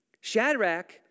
Shadrach